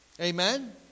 Amen